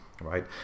right